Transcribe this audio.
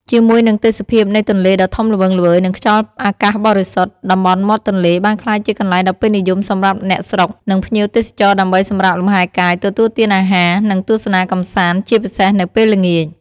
ជាមួយនឹងទេសភាពនៃទន្លេដ៏ធំល្វឹងល្វើយ និងខ្យល់អាកាសបរិសុទ្ធ តំបន់មាត់ទន្លេបានក្លាយជាកន្លែងដ៏ពេញនិយមសម្រាប់អ្នកស្រុក និងភ្ញៀវទេសចរដើម្បីសម្រាកលំហែកាយ ទទួលទានអាហារ និងទស្សនាកម្សាន្ត ជាពិសេសនៅពេលល្ងាច។